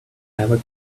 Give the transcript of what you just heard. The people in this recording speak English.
ever